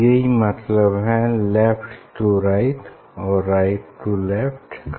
यही मतलब है लेफ्ट टू राइट और राइट टू लेफ्ट का